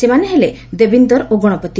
ସେମାନେ ହେଲେ ଦେବୀନ୍ଦର ଓ ଗଶପତି